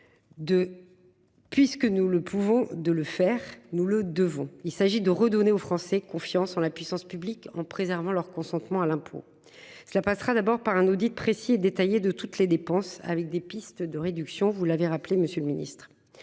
Puisque nous le pouvons, de le faire, nous le devons, il s'agit de redonner aux Français confiance en la puissance publique en préservant leur consentement à l'impôt. Cela passera d'abord par un audit précis et détaillé de toutes les dépenses avec des pistes de réduction vous l'avez rappelé. Monsieur le Ministre.